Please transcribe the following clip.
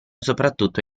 soprattutto